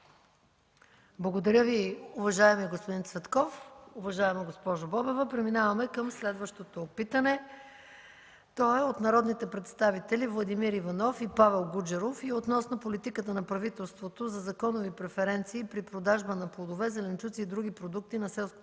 Благодаря Ви, уважаеми господин Цветков и уважаема госпожо Бобева. Преминаваме към следващото питане от народните представители Владимир Иванов и Павел Гуджеров относно политиката на правителството за законови преференции при продажба на плодове, зеленчуци и други продукти на селското